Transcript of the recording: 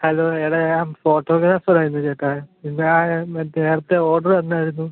hello ഇത് ഞാന് ഫോട്ടോഗ്രാഫറായിരുന്നു ചേട്ടാ ഇതാരാ മറ്റേ നേരത്തെ ഓർഡറ് തന്നായിരുന്നു